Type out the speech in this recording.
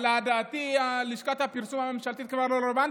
לדעתי לשכת הפרסום הממשלתית כבר לא רלוונטית,